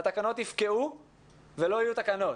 התקנות יפקעו ולא יהיו תקנות.